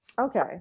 Okay